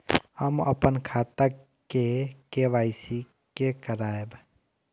हम अपन खाता के के.वाई.सी के करायब?